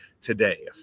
today